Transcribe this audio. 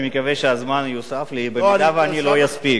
אני מקווה שהזמן יוסף לי במידה שאני לא אספיק.